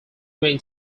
main